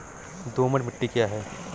दोमट मिट्टी क्या है?